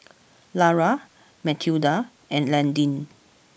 Lara Mathilda and Landin